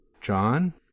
John